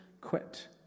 quit